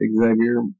Xavier